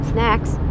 Snacks